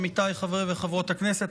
עמיתיי חברי וחברות הכנסת,